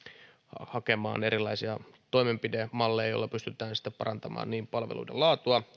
hakemaan erilaisia toimenpidemalleja joilla pystytään parantamaan niin palveluiden laatua